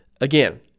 Again